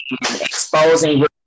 exposing